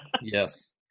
Yes